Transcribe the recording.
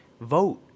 vote